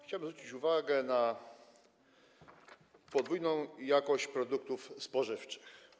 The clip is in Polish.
Chciałbym zwrócić uwagę na podwójną jakość produktów spożywczych.